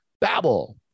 Babble